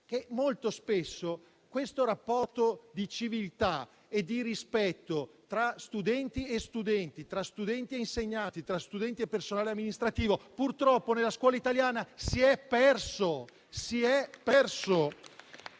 che molto spesso questo rapporto di civiltà e di rispetto tra studenti e studenti, tra studenti e insegnanti, tra studenti e personale amministrativo, purtroppo nella scuola italiana si è perso.